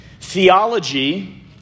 Theology